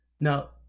Now